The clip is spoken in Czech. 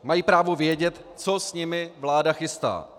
Mají právo vědět, co s nimi vláda chystá.